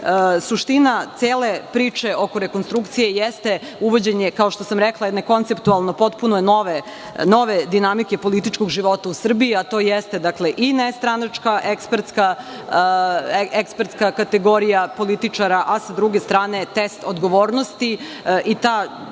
suština cele priče oko rekonstrukcije jeste uvođenje, kao što sam rekla, jedne konceptualno potpuno nove dinamike političkog života u Srbiji, a to jeste dakle i nestranačka ekspertska kategorija političara, a sa druge strane test odgovornosti. Ta